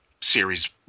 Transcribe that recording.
Series